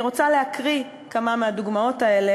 אני רוצה להקריא כמה מהדוגמאות האלה,